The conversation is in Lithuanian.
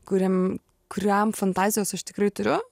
kuriam kuriam fantazijos aš tikrai turiu